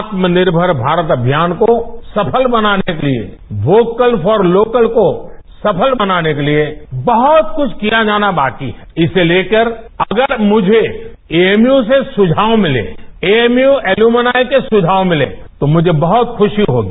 आत्मनिर्भर भारत को सफल बनाने के लिए वोकल फॉर लोकल को सफल बनाने के लिए बहुत कुछ किया जाना बाकी है इसे लेकर अगर मुझे एएमयू से सुझाव मिलें एएमयू एल्युमुनाय के सुझाव मिलें तो मुझे बहुत खुशी होगी